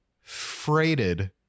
freighted